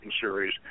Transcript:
series